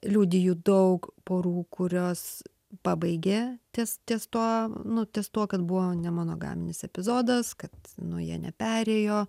liudiju daug porų kurios pabaigė ties ties tuo nu ties tuo kad buvo nemonogaminis epizodas kad nu jie neperėjo